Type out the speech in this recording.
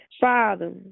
Father